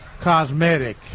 cosmetic